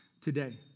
today